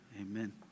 Amen